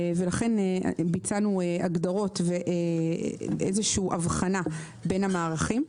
לכן ביצענו הגדרות ואיזושהי הבחנה בין המערכים.